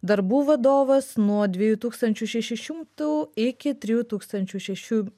darbų vadovas nuo dviejų tūkstančių šešių šimtų iki trijų tūkstančių šešių